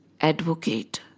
advocate